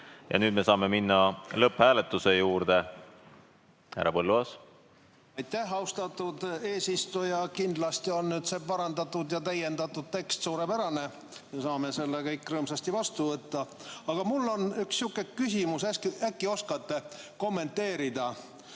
Nüüd me saame minna lõpphääletuse juurde. Härra Põlluaas! Aitäh, austatud eesistuja! Kindlasti on nüüd see parandatud ja täiendatud tekst suurepärane. Me saame selle kõik rõõmsasti vastu võtta. Aga mul on üks sihuke küsimus, äkki oskate kommenteerida.